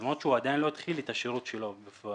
למרות שהוא עדיין לא התחיל את השירות שלו בפועל,